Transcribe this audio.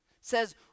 says